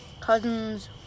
cousins